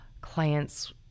clients